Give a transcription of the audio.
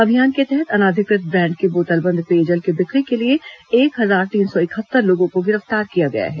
अभियान के तहत अनाधिकृत ब्रांड के बोतल बंद पेयजल की बिक्री के लिए एक हजार तीन सौ इकहत्तर लोगों को गिरफ्तार किया गया है